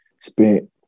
spent